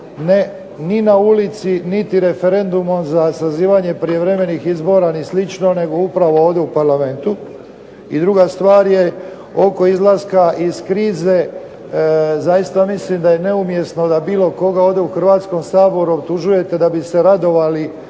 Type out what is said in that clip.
ni na ulici niti referendumom za sazivanje prijevremenih izbora ni slično nego upravo ovdje u Parlamentu. I druga stvar je oko izlaska iz krize. Zaista mislim da je neumjesno da bilo koga ovdje u Hrvatskom saboru optužujete da bi se radovali